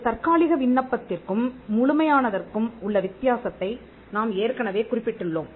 ஒரு தற்காலிக விண்ணப்பத்திற்கும் முழுமையான தற்கும் உள்ள வித்தியாசத்தை நாம் ஏற்கனவே குறிப்பிட்டுள்ளோம்